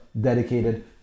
dedicated